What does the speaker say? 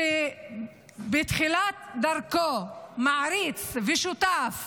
שר שבתחילת דרכו מעריץ ושותף